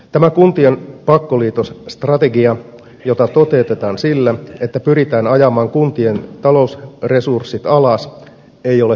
tämä kuntien pakkoliitosstrategia jota toteutetaan sillä että pyritään ajamaan kuntien talousresurssit alas ei ole hyväksyttävä